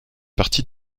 partie